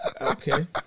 Okay